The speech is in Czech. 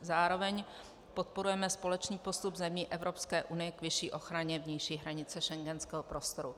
Zároveň podporujeme společný postup zemí Evropské unie k vyšší ochraně vnější hranice schengenského prostoru.